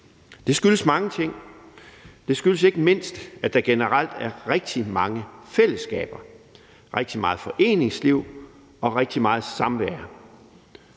Det skyldes mange ting. Det skyldes ikke mindst, at der generelt er rigtig mange fællesskaber, rigtig meget foreningsliv og rigtig meget samvær